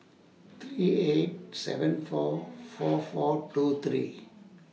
three eight seven four four four two three